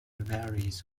varies